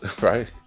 right